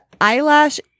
eyelash